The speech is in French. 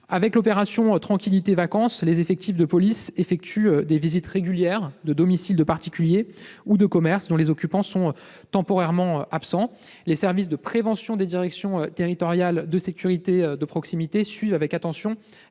de l'opération Tranquillité vacances, les forces de police réalisent des visites régulières de domiciles de particuliers et de commerces dont les occupants sont temporairement absents. Les services de prévention des directions territoriales de sécurité de proximité suivent avec attention